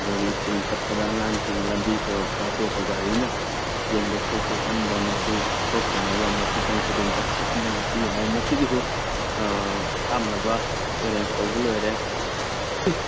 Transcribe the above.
ꯑꯗꯨꯒ ꯁ꯭ꯀꯨꯜ ꯆꯠꯄꯗ ꯑꯉꯥꯡꯁꯤꯡ ꯂꯝꯕꯤ ꯁꯣꯔꯣꯛꯇ ꯑꯇꯣꯞꯄ ꯒꯥꯔꯤꯅ ꯆꯦꯟꯕ ꯁꯣꯛꯄ ꯄꯟꯕ ꯃꯁꯤ ꯊꯣꯛꯇꯅꯕ ꯃꯁꯤꯇꯪ ꯈꯨꯗꯣꯡ ꯆꯥꯕ ꯍꯥꯞꯄꯤꯌꯨ ꯍꯥꯏ ꯃꯁꯤꯒꯤꯁꯨ ꯍꯥꯞꯅꯕ ꯑꯦꯔꯦꯟꯁ ꯇꯧꯕ ꯂꯣꯏꯔꯦ